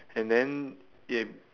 and then in